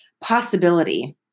possibility